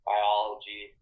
Biology